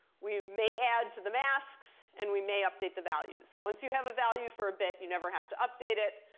we may add to the masks, and we may update the values. once you have a value for a bit, you never have to update it.